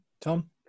Tom